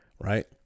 Right